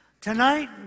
Tonight